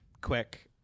quick